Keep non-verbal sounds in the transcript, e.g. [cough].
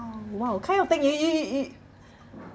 kind of thing it it it it [breath]